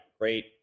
great